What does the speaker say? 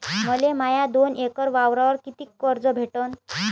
मले माया दोन एकर वावरावर कितीक कर्ज भेटन?